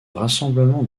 rassemblement